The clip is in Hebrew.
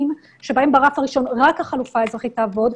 שברף הראשון רק החלופה האזרחית תעבוד,